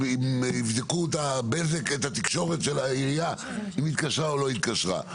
ולא יבדקו את התקשורת של העירייה אם היא התקשרה או לא התקשרה.